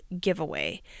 giveaway